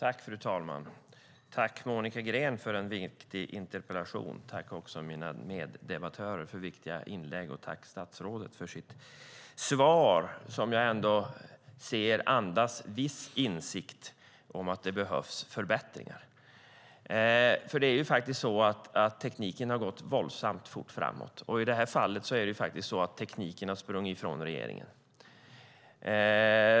Fru talman! Tack, Monica Green, för en viktig interpellation! Tack också till mina meddebattörer för viktiga inlägg, och tack, statsrådet, för interpellationssvaret, som ändå andas viss insikt om att det behövs förbättringar. Teknikutvecklingen har gått våldsamt fort framåt. I det här fallet har faktiskt tekniken sprungit ifrån regeringen.